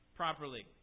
properly